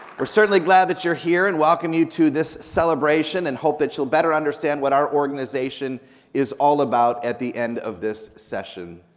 we're certainly glad that you're here and welcome you to this celebration and hope that you'll better understand what our organization is all about at the end of this session.